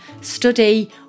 study